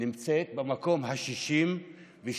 נמצאת במקום ה-62.